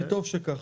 וטוב שכך.